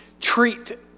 treat